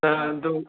ꯑꯗꯨ